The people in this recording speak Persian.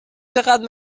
چقدر